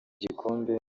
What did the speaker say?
gikombe